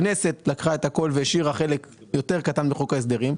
הכנסת לקחה את הכול והשאירה חלק יותר קטן בחוק ההסדרים.